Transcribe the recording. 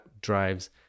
drives